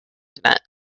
internet